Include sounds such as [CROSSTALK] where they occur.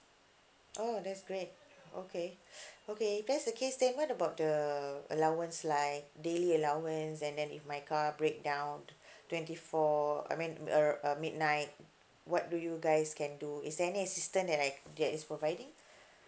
oh that's great okay [BREATH] okay if that's the case then what about the allowance like daily allowance and then if my car breakdown [BREATH] twenty four I mean err uh midnight what do you guys can do is there any assistant that I that is providing